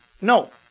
no